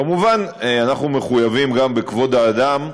כמובן, אנחנו מחויבים גם בכבוד האדם,